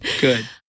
good